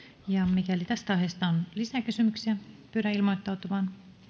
mikäli tästä aiheesta on lisäkysymyksiä pyydän ilmoittautumaan